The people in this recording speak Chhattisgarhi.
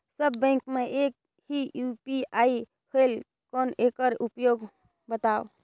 सब बैंक मे एक ही यू.पी.आई होएल कौन एकर उपयोग बताव?